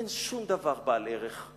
אין שום דבר בעל ערך.